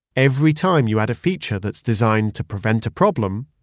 every time you add a feature that's designed to prevent a problem,